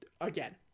again